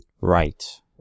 Right